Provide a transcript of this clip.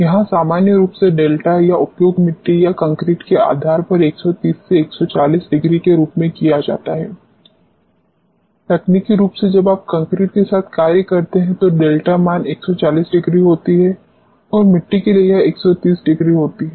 यहां सामान्य रूप से डेल्टा का उपयोग मिट्टी या कंक्रीट के आधार पर 130 से 140 डिग्री के रूप में किया जाता है तकनीकी रूप से जब आप कंक्रीट के साथ कार्य करते हैं तो डेल्टा मान 140 डिग्री होती है और मिट्टी के लिए यह 130 डिग्री होती है